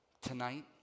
tonight